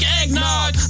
eggnog